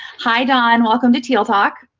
hi, don. welcome to teal talk.